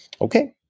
Okay